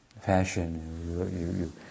fashion